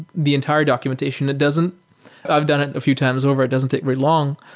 the entire documentation that doesn't i have done it a few times over. it doesn't take very long.